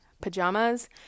pajamas